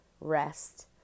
rest